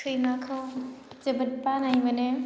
सैमाखौ जोबोद बानाय मोनो